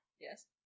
Yes